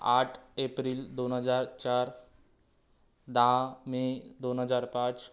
आठ एप्रिल दोन हजार चार दहा मे दोन हजार पाच